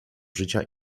życia